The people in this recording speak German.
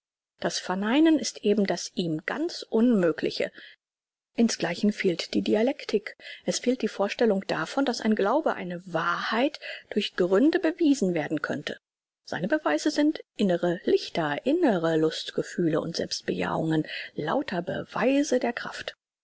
das verneinen ist eben das ihm ganz unmögliche insgleichen fehlt die dialektik es fehlt die vorstellung davon daß ein glaube eine wahrheit durch gründe bewiesen werden könnte seine beweise sind innere lichter innere lustgefühle und selbstbejahungen lauter beweise der kraft